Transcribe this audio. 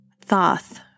Thoth